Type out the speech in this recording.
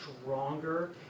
stronger